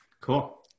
cool